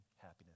happiness